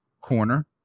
corner